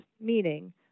meaning